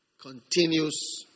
continues